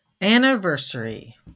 Anniversary